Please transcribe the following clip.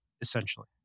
essentially